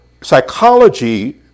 psychology